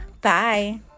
Bye